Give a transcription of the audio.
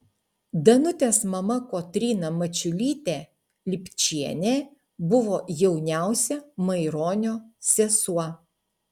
danutės mama kotryna mačiulytė lipčienė buvo jauniausia maironio sesuo